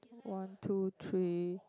one two three